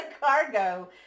cargo